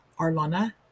arlana